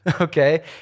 okay